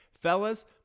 Fellas